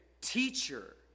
teacher